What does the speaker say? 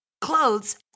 clothes